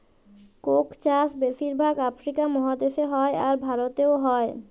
Coke চাষ বেশির ভাগ আফ্রিকা মহাদেশে হ্যয়, আর ভারতেও হ্য়য়